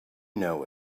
know